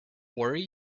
worry